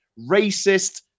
racist